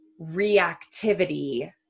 reactivity